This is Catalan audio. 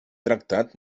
tractat